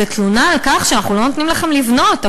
תלונה על כך שאנחנו לא נותנים לכם לבנות.